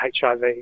HIV